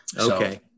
Okay